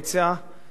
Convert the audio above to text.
אדוני השר,